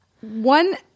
one